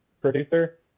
producer